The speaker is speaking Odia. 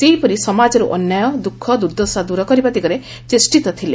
ସେହିପରି ସମାଜରୁ ଅନ୍ୟାୟ ଦୁଃଖ ଦୁର୍ଦ୍ଦଶା ଦୂର କରିବା ଦିଗରେ ଚେଷ୍ଟିତ ଥିଲେ